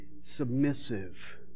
submissive